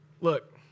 Look